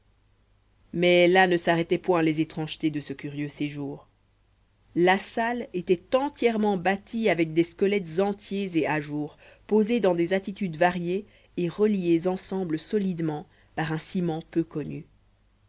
mais là ne s'arrêtaient point les étrangetés de ce curieux séjour la salle était entièrement bâtie avec des squelettes entiers et à jour posés dans des attitudes variées et reliés ensemble solidement par un ciment peu connu